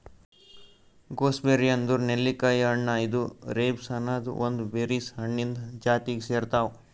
gooseberry ಅಂದುರ್ ನೆಲ್ಲಿಕಾಯಿ ಹಣ್ಣ ಇದು ರೈಬ್ಸ್ ಅನದ್ ಒಂದ್ ಬೆರೀಸ್ ಹಣ್ಣಿಂದ್ ಜಾತಿಗ್ ಸೇರ್ತಾವ್